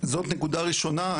זאת נקודה ראשונה.